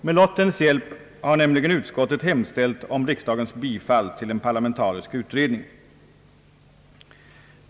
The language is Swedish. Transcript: Med lottens hjälp har nämligen utskottet hemställt om riksdagens bifall till en parlamentarisk utredning.